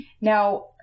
Now